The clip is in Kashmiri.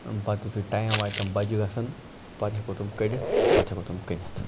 پَتہٕ یُتھُے ٹایم واتہِ تِم بَجہِ گَژھَن پَتہٕ ہیٚکو تِم کٔڑِتھ پَتہٕ ہیٚکو تِم کٕنِتھ